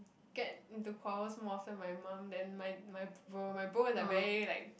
get into powers more for my mum then my my bro my bro in a very like